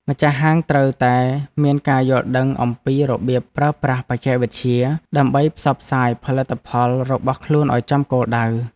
ម្ចាស់ហាងត្រូវតែមានការយល់ដឹងអំពីរបៀបប្រើប្រាស់បច្ចេកវិទ្យា ដើម្បីផ្សព្វផ្សាយផលិតផលរបស់ខ្លួនឱ្យចំគោលដៅ។